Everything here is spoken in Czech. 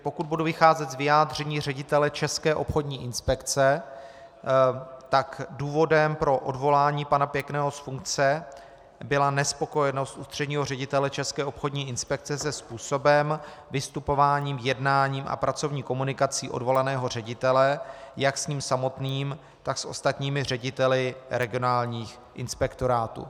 Pokud budu vycházet z vyjádření ředitele České obchodní inspekce, důvodem pro odvolání pana Pěkného z funkce byla nespokojenost ústředního ředitele České obchodní inspekce se způsobem, vystupováním, jednáním a pracovní komunikací odvolaného ředitele, jak s ním samotným, tak s ostatními řediteli regionálních inspektorátů.